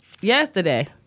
Yesterday